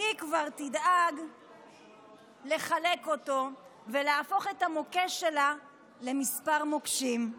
היא כבר תדאג לחלק אותו ולהפוך את המוקש שלה לכמה מוקשים: